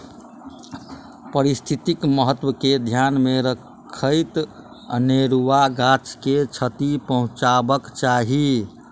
पारिस्थितिक महत्व के ध्यान मे रखैत अनेरुआ गाछ के क्षति पहुँचयबाक चाही